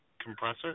compressor